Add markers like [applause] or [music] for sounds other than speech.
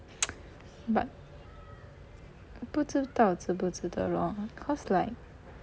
[noise] but 不知道值不值得 lor cause like